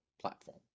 platform